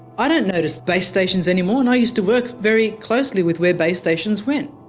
i don't notice base-stations anymore and i used to work very closely with where base-stations went.